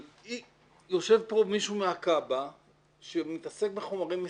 יושב פה מישהו מהכב"א שמתעסק בחומרים מסוכנים.